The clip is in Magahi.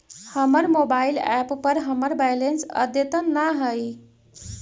हमर मोबाइल एप पर हमर बैलेंस अद्यतन ना हई